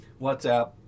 WhatsApp